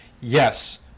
Yes